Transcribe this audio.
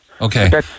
Okay